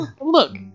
Look